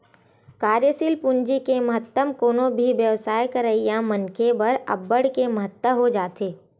कार्यसील पूंजी के महत्तम कोनो भी बेवसाय करइया मनखे बर अब्बड़ के महत्ता हो जाथे